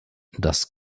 das